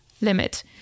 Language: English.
limit